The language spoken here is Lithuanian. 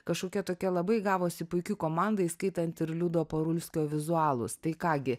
kažkokia tokia labai gavosi puiki komanda įskaitant ir liudo parulskio vizualūs tai ką gi